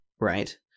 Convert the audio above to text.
Right